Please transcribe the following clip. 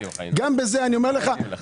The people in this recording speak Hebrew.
לא מתאים לך.